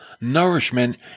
nourishment